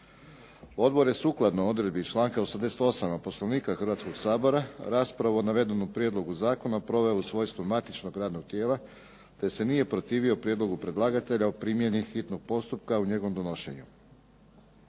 Odbor je sukladno odredbi članka 88. Poslovnika Hrvatskog sabora raspravu o navedenom prijedlogu zakona proveo u svojstvu matičnog radnog tijela te se nije protivio prijedlogu predlagatelja o primjeni hitnog postupka o njegovom donošenju.